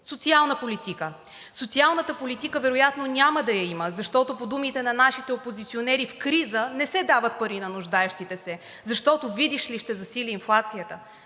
Социална политика. Социалната политика вероятно няма да я има, защото по думите на нашите опозиционери в криза не се дават пари на нуждаещите се, защото, видиш ли, ще засили инфлацията.